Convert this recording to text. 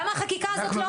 למה החקיקה הזאת לא עולה?